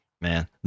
Man